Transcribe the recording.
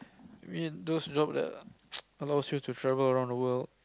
you mean those job that allows you to travel around the world